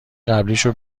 قبلیشو